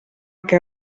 que